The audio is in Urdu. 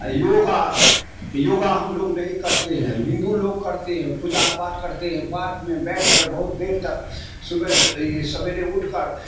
یوگا یوگا ہم لوگ نہیں کرتے ہیں ہندو لوگ کرتے ہیں پوجا پاٹ کرتے ہیں پارک میں بیٹھ کر بہت دیر تک صبح سویرے اٹھ کر